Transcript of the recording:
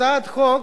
הצעת החוק